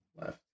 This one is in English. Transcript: left